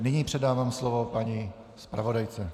Nyní předávám slovo paní zpravodajce.